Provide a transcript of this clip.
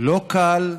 לא קל,